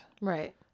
Right